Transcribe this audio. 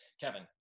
Kevin